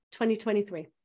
2023